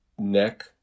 neck